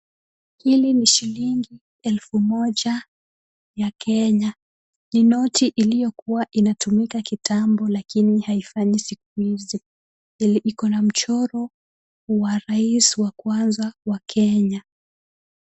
Hili ni shilingi elfu moja ya Kenya ni noti iliyokuwa ikitumika kitambo lakini haifanyi siku hizi, iko na mchoro wa rais wa kwanza wa Kenya.